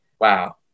wow